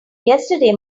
yesterday